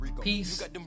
Peace